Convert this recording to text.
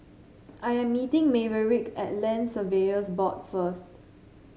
I am meeting Maverick at Land Surveyors Board first